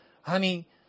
Honey